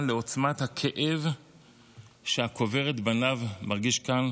לעוצמת הכאב שהקובר את בניו מרגיש כאן,